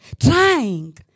Trying